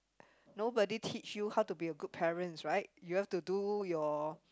nobody teach you how to be a good parents right you have to do your